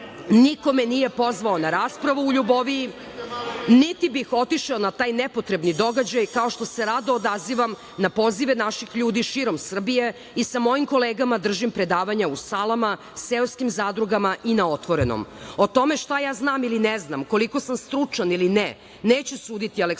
Niko me nije pozvao na raspravu u Ljuboviji, niti bih otišao na taj nepotrebni događaj kao što se rado odazivam na pozive naših ljudi širom Srbije i sa mojim kolegama držim predavanja u salama, seoskim zadrugama i na otvorenom. O tome šta ja znam ili ne znam, koliko sam stručan ili ne, neće suditi Aleksandar